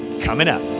coming up.